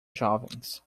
jovens